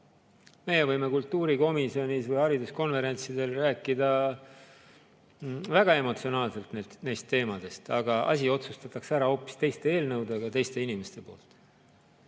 Meie võime kultuurikomisjonis või hariduskonverentsidel rääkida väga emotsionaalselt nendest teemadest, aga asi otsustatakse ära hoopis teiste eelnõudega teiste inimeste poolt.